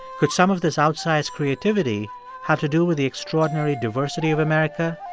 could some of this outsized creativity have to do with the extraordinary diversity of america,